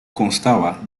constaba